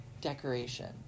decoration